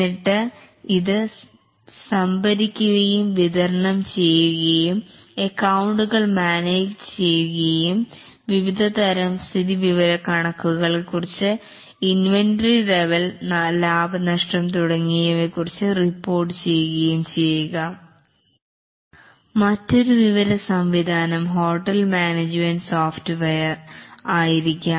എന്നിട്ട് ഇത് സംഭരിക്കുകയും വിതരണം ചെയ്യുകയും അക്കൌണ്ടുകൾ മാനേജ് ചെയ്യുകയും വിവിധ തരം സ്ഥിതിവിവരക്കണക്കുകൾ കുറിച്ച് ഇൻവെന്ററി ലെവൽ ലാഭനഷ്ടം തുടങ്ങിയവയെക്കുറിച്ച് റിപ്പോർട്ട് ചെയ്യുകയും ചെയ്യുക മറ്റൊരു information system hotel management software ആയിരിക്കാം